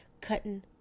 cutting